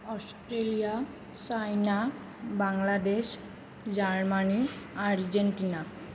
Australia China Bangladesh Germany Argentina